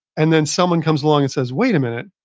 and then, someone comes along and says, wait a minute.